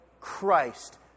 Christ